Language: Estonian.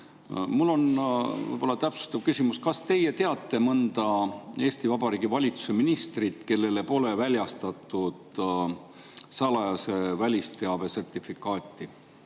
Mul on täpsustav küsimus: kas teie teate mõnda Eesti Vabariigi valitsuse ministrit, kellele pole väljastatud salajase välisteabe sertifikaati?